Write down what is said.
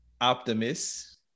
optimist